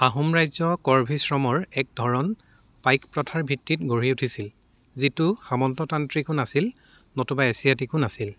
আহোম ৰাজ্য কৰ্ভি শ্ৰমৰ এক ধৰণ পাইক প্ৰথাৰ ভিত্তিত গঢ়ি উঠিছিল যিটো সামন্ততান্ত্ৰিকো নাছিল নতুবা এছিয়াটিকো নাছিল